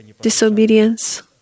disobedience